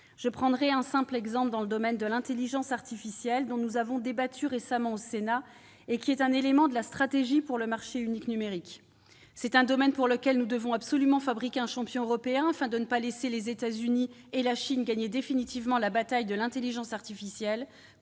Je prendrai un exemple dans le domaine de l'intelligence artificielle, dont nous avons débattu récemment au Sénat et qui est un élément de la stratégie pour le marché unique numérique. C'est un domaine dans lequel nous devons absolument fabriquer un champion européen afin de ne pas laisser les États-Unis et la Chine gagner définitivement la bataille de l'intelligence artificielle,